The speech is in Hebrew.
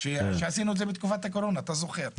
עשינו את זה בתקופת הקורונה, אתה זוכר.